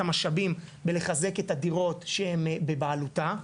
המשאבים בלחזק את הדירות שהן בבעלותה.